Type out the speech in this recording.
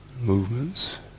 movements